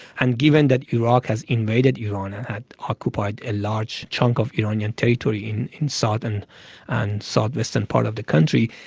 and given that iraq has invaded iran and occupied a large chunk of iranian territory in in southern and south-western parts of the country,